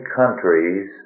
countries